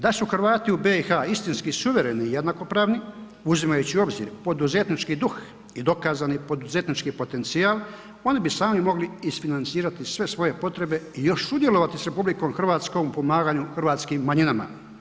Da su Hrvati u BiH istinski suvereni i jednakopravni uzimajući u obzir poduzetnički duh i dokazani poduzetnički potencijal oni bi sami mogli izfinancirati sve svoje potrebe i još sudjelovati s RH u pomaganju hrvatskim manjinama.